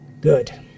Good